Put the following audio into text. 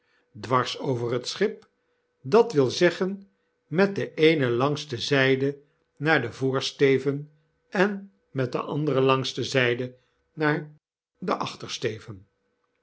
dwars over het schip dat wil zeggen met de eene langste zyde naar den voorsteven en met de andere langste zijde naar den achtersteven